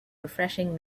refreshing